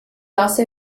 also